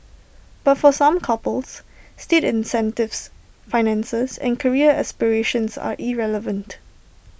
but for some couples state incentives finances and career aspirations are irrelevant